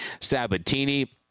Sabatini